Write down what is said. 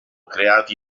creati